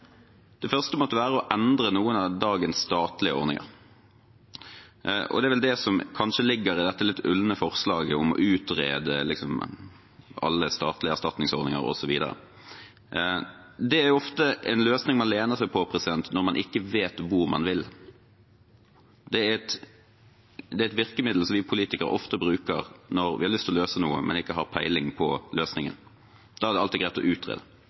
Det første måtte være å endre noen av dagens statlige ordninger, og det er kanskje det som ligger i dette litt ulne forslaget om å utrede alle statlige erstatningsordninger, osv. Det er ofte en løsning man lener seg på når man ikke vet hvor man vil. Det er et virkemiddel som vi politikere ofte bruker når vi har lyst til å løse noe, men ikke har peiling på løsningen. Da er det alltid greit å utrede,